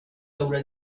haurà